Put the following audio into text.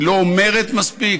היא לא אומרת מספיק?